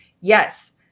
Yes